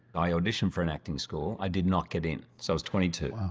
i auditioned for an acting school. i did not get in. so i was twenty two.